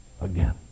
again